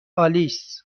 آلیس